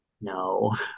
No